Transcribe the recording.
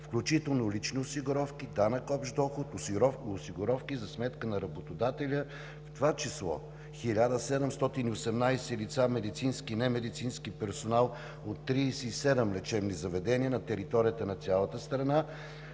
включително лични осигуровки, ДОД и осигуровки за сметка на работодателя, в това число 1718 лица – медицински и немедицински персонал от 37 лечебни заведения на територията на цялата страна